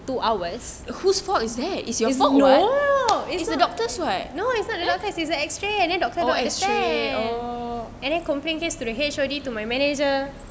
no it's not no it's not the doctor is the X-ray and then doctor don't understand oh and then complaint case to the H_O_D to my manager